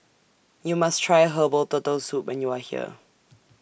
YOU must Try Herbal Turtle Soup when YOU Are here